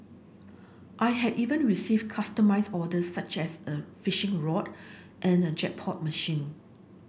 I have even received customised orders such as a fishing rod and a jackpot machine